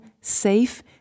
safe